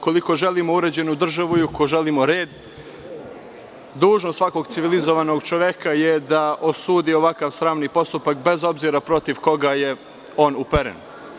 Ukoliko želimo uređenu državu i ukoliko želimo red, dužnost svakog civilizovanog čoveka je da osudi ovakav sramni postupak, bez obzira protiv koga je on uperen.